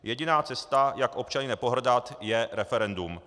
Jediná cesta, jak občany nepohrdat, je referendum.